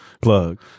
Plug